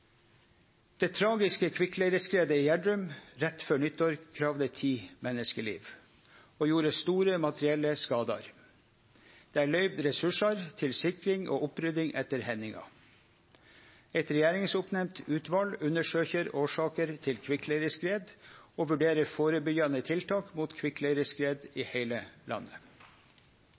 Det tragiske kvikkleireskredet i Gjerdrum rett før nyttår kravde ti menneskeliv og gjorde store materielle skadar. Det er løyvd ressursar til sikring og opprydding etter hendinga. Eit regjeringsoppnemnt utval undersøkjer årsaker til kvikkleireskred og vurderer førebyggjande tiltak mot kvikkleireskred i heile landet.